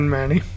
Manny